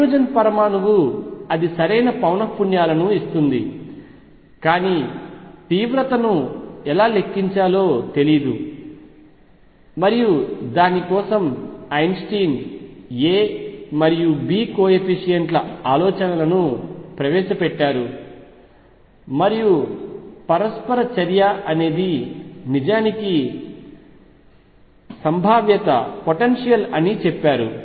hydrogen పరమాణువు అది సరైన పౌనఃపున్యాలను ఇస్తుంది కానీ తీవ్రతలను ఎలా లెక్కించాలో తెలియదు మరియు దాని కోసం ఐన్స్టీన్ A మరియు B కోయెఫిషియంట్ల ఆలోచనలను ప్రవేశపెట్టారు మరియు పరస్పర చర్య అనేది నిజానికి సంభావ్యత అని చెప్పారు